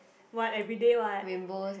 what everyday what